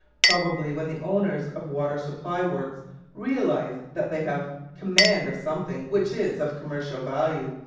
probably when the owners of water-supply works realise that they have command of something which is of commercial value,